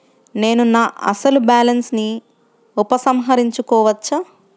నేను నా అసలు బాలన్స్ ని ఉపసంహరించుకోవచ్చా?